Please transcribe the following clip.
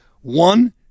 one